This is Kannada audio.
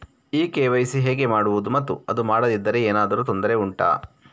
ಈ ಕೆ.ವೈ.ಸಿ ಹೇಗೆ ಮಾಡುವುದು ಮತ್ತು ಅದು ಮಾಡದಿದ್ದರೆ ಏನಾದರೂ ತೊಂದರೆ ಉಂಟಾ